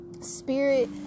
spirit